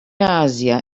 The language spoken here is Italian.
asia